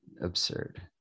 absurd